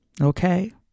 Okay